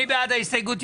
מי בעד ההסתייגות?